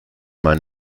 man